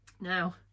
now